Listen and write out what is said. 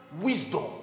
wisdom